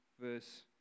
verse